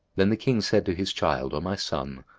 then the king said to his child, o my son,